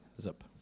zip